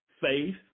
faith